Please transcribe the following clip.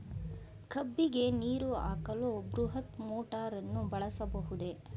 ಕಬ್ಬಿಗೆ ನೀರು ಹಾಕಲು ಬೃಹತ್ ಮೋಟಾರನ್ನು ಬಳಸಬಹುದೇ?